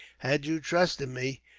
had you trusted me,